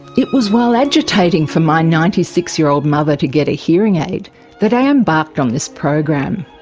it was while agitating for my ninety six year old mother to get a hearing aid that i embarked on this program.